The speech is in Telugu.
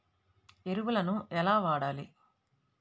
ఎరువులను ఎలా వాడాలి?